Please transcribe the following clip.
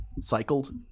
cycled